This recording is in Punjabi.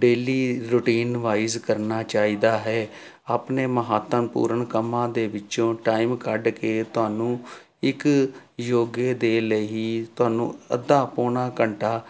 ਡੇਲੀ ਰੂਟੀਨ ਵਾਈਜ਼ ਕਰਨਾ ਚਾਹੀਦਾ ਹੈ ਆਪਣੇ ਮਹੱਤਵਪੂਰਨ ਕੰਮਾਂ ਦੇ ਵਿੱਚੋਂ ਟਾਈਮ ਕੱਢ ਕੇ ਤੁਹਾਨੂੰ ਇੱਕ ਯੋਗਾ ਦੇ ਲਈ ਤੁਹਾਨੂੰ ਅੱਧਾ ਪੌਣਾ ਘੰਟਾ